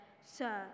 sir